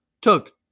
took